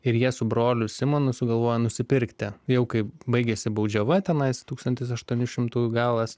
ir jie su broliu simonu sugalvojo nusipirkti jau kai baigėsi baudžiava tenais tūkstantis aštuonių šimtųjų galas